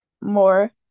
more